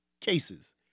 cases